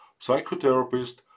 psychotherapist